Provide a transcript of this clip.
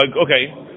Okay